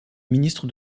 ministre